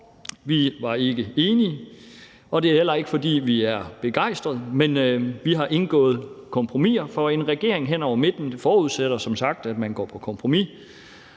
Vi var ikke enige, og det er heller ikke, fordi vi er begejstrede. Men vi har indgået kompromiser, for en regering hen over midten forudsætter som sagt, at man går på kompromis.